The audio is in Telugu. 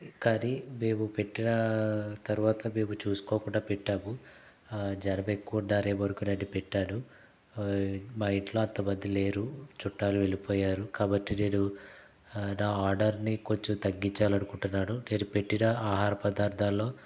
కానీ మేము పెట్టిన తర్వాత మేము చూసుకోకుండా పెట్టాము జనం ఎక్కువ ఉన్నారేమో అనుకుని పెట్టాను మా ఇంట్లో అంత మంది లేరు చుట్టాలు వెళ్ళిపోయారు కాబట్టి నేను నా ఆర్డర్ని కొంచెం తగ్గించాలనుకుంటున్నాను నేను పెట్టిన ఆహార పదార్థాల్లో